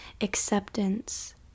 acceptance